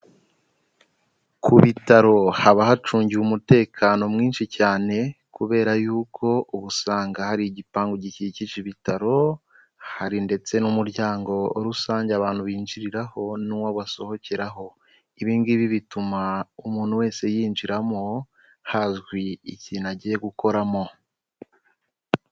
Ku bitaro haba hacungiwe umutekano mwinshi cyane kubera yuko uba usanga hari igipangu gikikije ibitaro, hari ndetse n'umuryango rusange abantu binjiriraho n'uwo basohokeraho. Ibi ngibi bituma umuntu wese yinjiramo hazwi ikintu agiye gukoramo.